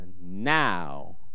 now